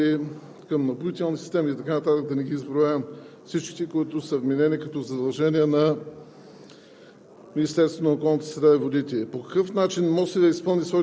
както Вие посочихте, към кметовете, областните управители, към Напоителни системи и така нататък – да не ги изброявам всичките, които са вменени като задължения на